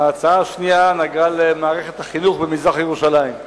ההצעה השנייה נגעה למערכת החינוך במזרח-ירושלים.